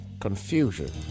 confusion